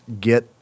get